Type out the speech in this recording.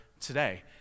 today